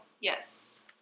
Yes